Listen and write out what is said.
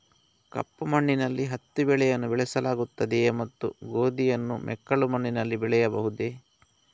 ಕಪ್ಪು ಮಣ್ಣಿನಲ್ಲಿ ಹತ್ತಿ ಬೆಳೆಯನ್ನು ಬೆಳೆಸಲಾಗುತ್ತದೆಯೇ ಮತ್ತು ಗೋಧಿಯನ್ನು ಮೆಕ್ಕಲು ಮಣ್ಣಿನಲ್ಲಿ ಬೆಳೆಯಬಹುದೇ?